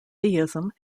theism